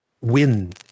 win